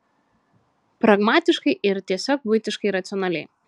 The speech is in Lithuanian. pragmatiškai ir tiesiog buitiškai racionaliai